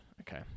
okay